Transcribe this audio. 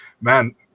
man